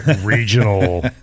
regional